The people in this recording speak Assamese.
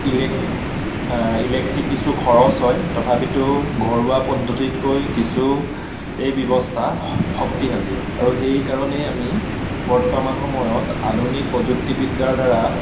ইলেক ইলেক্ট্ৰিক কিছু খৰচ হয় তথাপিতো ঘৰুৱা পদ্ধতিতকৈ কিছু এই ব্যৱস্থা শক্তিশালী আৰু সেইকাৰণেই আমি বৰ্তমান সময়ত আধুনিক প্ৰযুক্তিবিদ্যাৰ দ্বাৰা